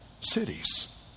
cities